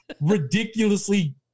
ridiculously